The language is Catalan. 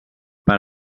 per